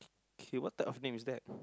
okay what type of name is that